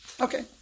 Okay